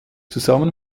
zusammen